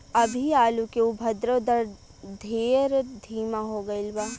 अभी आलू के उद्भव दर ढेर धीमा हो गईल बा